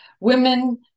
women